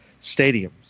stadiums